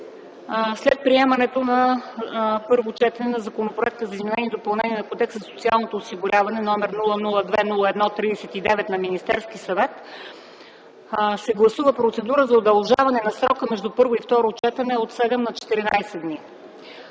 след приемането на първо четене на Законопроекта за изменение и допълнение на Кодекса за социално осигуряване, № 002-01-39, на Министерския съвет, се гласува процедура за удължаване на срока между първо и второ четене от 7 на 14 дни.